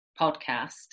podcast